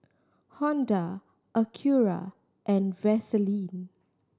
Honda Acura and Vaseline